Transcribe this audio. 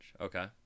Okay